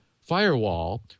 firewall